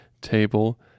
table